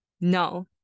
no